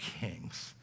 Kings